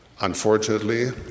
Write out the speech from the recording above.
Unfortunately